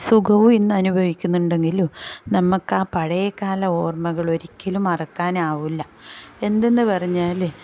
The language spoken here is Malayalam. സുഖവും ഇന്ന് അനുഭവിക്കുന്നുണ്ടെങ്കിലും നമുക്ക് ആ പഴയ കാല ഓർമ്മകൾ ഒരിക്കലും മറക്കാനാവില്ല എന്തെന്ന് പറഞ്ഞാൽ